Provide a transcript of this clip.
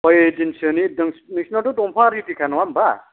खयदिनसोनि नोंसिनावथ' दंफांआ रेदिखा नङा होनबा